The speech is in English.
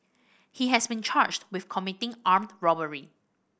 he has been charged with committing armed robbery